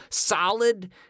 Solid